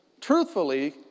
truthfully